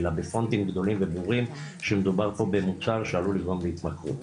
אלא בפונטים גדולים וברורים שמדובר פה במוצר שעלול לגרום להתמכרות,